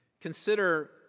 Consider